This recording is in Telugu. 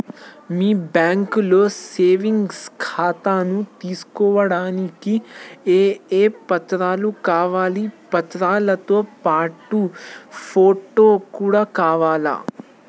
మీ బ్యాంకులో సేవింగ్ ఖాతాను తీసుకోవడానికి ఏ ఏ పత్రాలు కావాలి పత్రాలతో పాటు ఫోటో కూడా కావాలా?